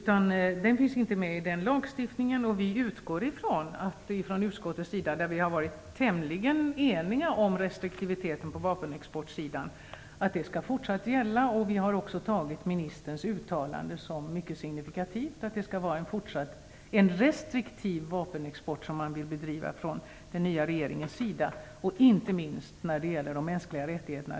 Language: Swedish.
Den frågan finns inte med i den lagstiftningen, och vi utgår från utskottets sida från att detta skall fortsätta att gälla. Vi har där varit tämligen eniga om att fortsatt restriktivitet på vapenexportsidan skall gälla. Vi har också tagit ministerns uttalande som mycket signifikativt, att den nya regeringen vill bedriva en fortsatt restriktiv vapenexport, inte minst när det gäller de mänskliga rättigheterna.